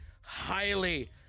highly